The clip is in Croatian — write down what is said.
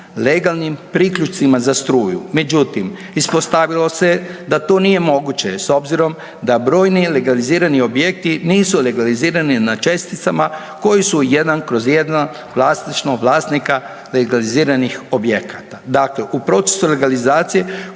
legalnim priključcima za struju. Međutim, ispostavilo se da to nije moguće da brojni legalizirani objekti nisu legalizirani na česticama koji su 1/1 vlasnišnog vlasnika legaliziranih objekata. Dakle, u procesu legalizacije